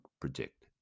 predict